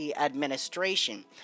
administration